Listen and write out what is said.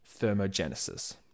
Thermogenesis